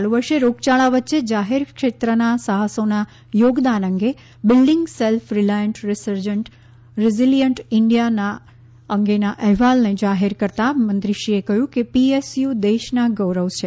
ચાલુ વર્ષે રોગચાળા વચ્ચે જાહેર ક્ષેત્રના સાહસોના યોગદાન અંગે building self reliant resurgent resilient India અંગેના અહેવાલને જાહેર કરતાં મંત્રીશ્રીએ કહ્યું કે પીએસયુ દેશના ગૌરવ છે